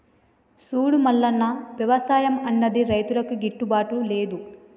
సూడు మల్లన్న, వ్యవసాయం అన్నది రైతులకు గిట్టుబాటు లేదు